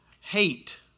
hate